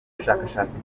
bushakashatsi